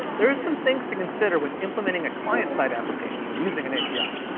there is some things to consider when implementing a client side application when using an api.